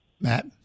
Matt